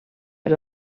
per